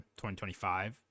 2025